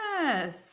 yes